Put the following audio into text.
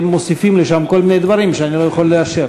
אם מוסיפים שם כל מיני דברים שאני לא יכול לאשר.